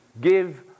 Give